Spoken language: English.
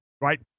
Right